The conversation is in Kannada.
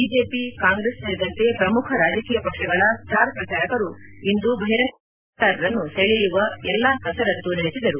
ಬಿಜೆಪಿ ಕಾಂಗ್ರೆಸ್ ಸೇರಿದಂತೆ ಪ್ರಮುಖ ರಾಜಕೀಯ ಪಕ್ಷಗಳ ಸ್ಟಾರ್ ಪ್ರಚಾರಕರು ಇಂದು ಬಹಿರಂಗ ಪ್ರಚಾರದ ಮೂಲಕ ಮತದಾರರನ್ನು ಸೆಳೆಯುವ ಎಲ್ಲಾ ಕಸರತ್ತು ನಡೆಸಿದರು